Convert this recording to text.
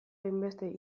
hainbeste